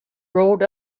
rolled